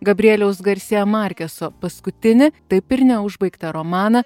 gabrieliaus garsėja markeso paskutinį taip ir neužbaigtą romaną